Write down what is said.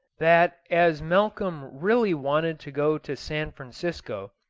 that as malcolm really wanted to go to san francisco,